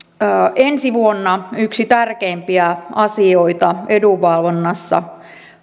ensi vuonna yksi tärkeimpiä asioita edunvalvonnassa